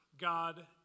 God